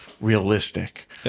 realistic